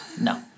No